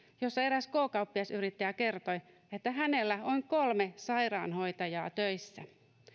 jossa eräs k kauppiasyrittäjä kertoi että hänellä on kolme sairaanhoitajaa töissä